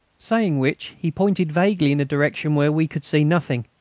saying which, he pointed vaguely in a direction where we could see nothing.